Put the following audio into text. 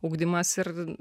ugdymas ir